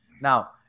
Now